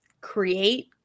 create